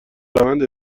روند